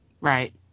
Right